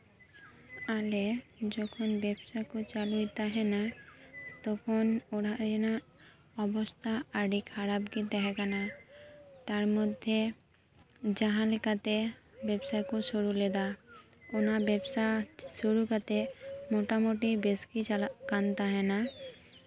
ᱟᱞᱮ ᱡᱚᱠᱷᱚᱱ ᱵᱮᱯᱥᱟ ᱠᱚ ᱪᱟᱹᱞᱩᱭ ᱛᱟᱦᱮᱱᱟ ᱛᱚᱠᱷᱚᱱ ᱚᱲᱟᱜ ᱨᱮᱱᱟᱜ ᱚᱵᱚᱥᱛᱷᱟ ᱟᱹᱰᱤ ᱠᱷᱟᱨᱟᱵ ᱜᱮ ᱛᱟᱦᱮᱸ ᱠᱟᱱᱟ ᱛᱟᱨᱢᱚᱫᱷᱮ ᱡᱟᱦᱟᱸ ᱞᱮᱠᱟᱛᱮ ᱵᱮᱯᱥᱟᱠᱚ ᱥᱩᱨᱩ ᱞᱮᱫᱟ ᱚᱱᱟ ᱵᱮᱯᱟᱥ ᱥᱩᱨᱩ ᱠᱟᱛᱮᱫ ᱢᱚᱴᱟ ᱢᱚᱴᱤ ᱵᱮᱥᱜᱤ ᱪᱟᱞᱟᱜ ᱠᱟᱱᱛᱟᱦᱮᱱᱟ